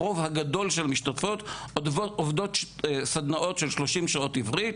הרוב הגדול של משתתפות עובדות סדנאות של 30 שעות עברית,